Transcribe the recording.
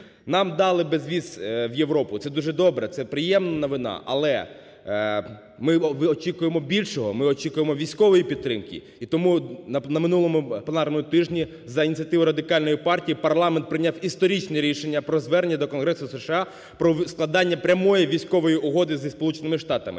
Нам дали безвіз в Європу – це дуже добре, це приємна новина, але ми очікуємо більшого, ми очікуємо військової підтримки. І тому на минулому пленарному тижні за ініціативою Радикальної партії, парламент прийняв історичне рішення про звернення до Конгресу США про складання прямої військової угоди зі Сполученими Штатами.